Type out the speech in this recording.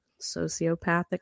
Sociopathic